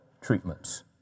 treatments